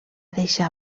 deixar